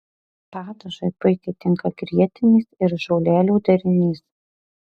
padažui puikiai tinka grietinės ir žolelių derinys